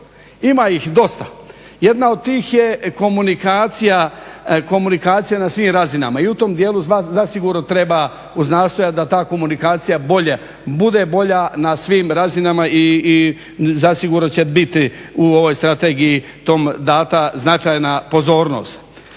ima ih dosta. Jedna od tih je komunikacija na svim razinama i tom dijelu zna zasigurno treba uznastojat da ta komunikacija bude bolja na svim razinama i zasigurno će biti u ovoj strategiji tog mandata značajna pozornosti.